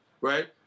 right